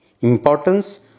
Importance